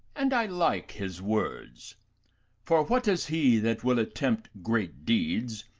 and i like his words for what is he that will attempt great deeds,